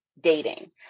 dating